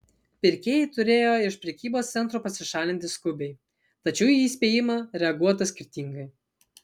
pirkėjai turėjo iš prekybos centro pasišalinti skubiai tačiau į įspėjimą reaguota skirtingai